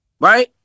right